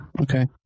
Okay